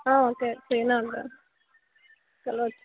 okay free ఉంటాను కలవచ్చు